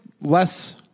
less